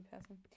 person